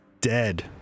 dead